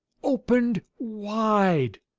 opened wide,